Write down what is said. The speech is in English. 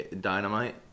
Dynamite